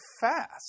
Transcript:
fast